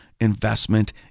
investment